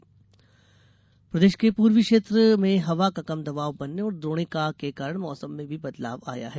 मौसम प्रदेश के पूर्वी क्षेत्र में हवा का कम दबाव बनने और द्रोणिका के कारण मौसम में भी बदलाव आया है